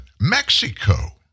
Mexico